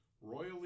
royally